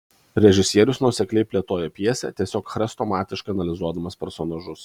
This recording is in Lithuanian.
režisierius nuosekliai plėtoja pjesę tiesiog chrestomatiškai analizuodamas personažus